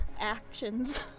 actions